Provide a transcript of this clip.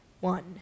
one